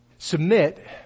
Submit